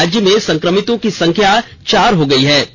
अब राज्य में संक्रमितों की संख्या चार हो गई है